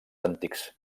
antics